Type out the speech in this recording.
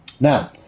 Now